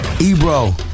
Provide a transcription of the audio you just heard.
Ebro